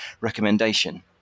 recommendation